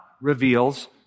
reveals